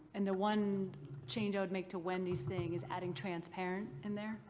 and the one change i would make to wendy's thing is adding transparent in there.